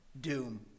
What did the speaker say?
doom